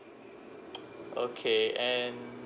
okay and